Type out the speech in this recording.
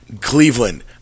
Cleveland